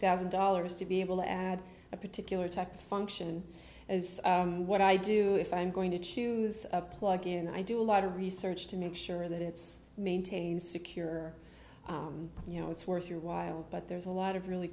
thousand dollars to be able to add a particular type of function is what i do if i'm going to choose a plugin and i do a lot of research to make sure that it's maintained secure you know it's worth your while but there's a lot of really